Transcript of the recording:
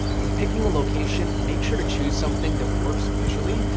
when picking a location, make sure to choose something that works visually,